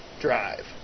drive